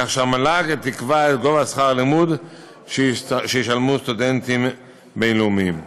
כך שהמל"ג תקבע את גובה שכר הלימוד שישלמו סטודנטים בין-לאומיים.